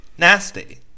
Nasty